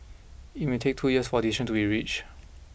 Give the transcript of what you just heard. it may take two years for a decision to be reach